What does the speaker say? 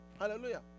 Hallelujah